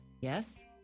yes